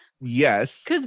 yes